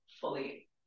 fully